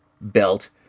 belt